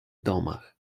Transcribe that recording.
domach